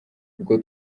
bwo